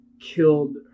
killed